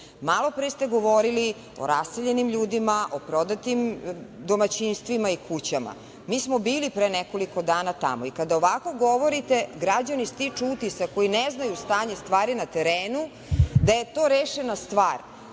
pre ste govorili o raseljenim ljudima, o prodatim domaćinstvima i kućama, mi smo bili pre nekoliko dana tamo i kada ovako govorite građani stiču utisak, koji ne znaju stanje stvari na terenu, da je to rešena stvar.